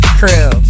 crew